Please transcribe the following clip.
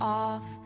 off